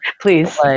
Please